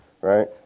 right